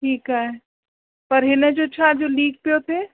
ठीकु आहे पर हिन जो छा जो लीक पियो थि